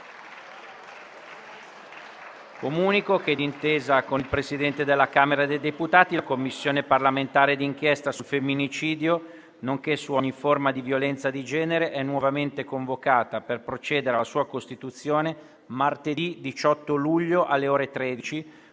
Comunico che, d'intesa con il Presidente della Camera dei deputati, la Commissione parlamentare d'inchiesta sul femminicidio nonché su ogni forma di violenza di genere è nuovamente convocata per procedere alla sua costituzione martedì 18 luglio alle ore 13,